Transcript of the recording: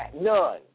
None